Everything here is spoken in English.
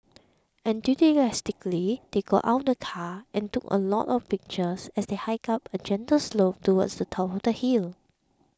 enthusiastically they got out of the car and took a lot of pictures as they hiked up a gentle slope towards the top of the hill